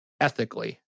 ethically